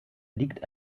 liegt